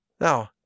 Now